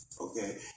Okay